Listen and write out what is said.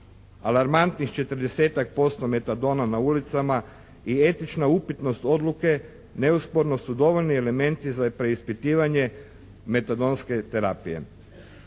Alarmantnih 40-tak posto metadona na ulicama i etična upitnost odluke neosporno su dovoljni elementi za preispitivanje metadonske terapije.